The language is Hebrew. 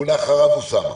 לאחריו אוסאמה.